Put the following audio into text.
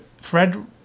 Fred